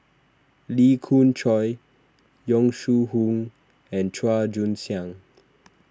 Lee Khoon Choy Yong Shu Hoong and Chua Joon Siang